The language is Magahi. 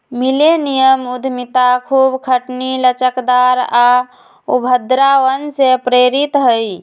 मिलेनियम उद्यमिता खूब खटनी, लचकदार आऽ उद्भावन से प्रेरित हइ